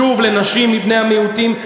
שוב לנשים מבני המיעוטים,